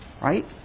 right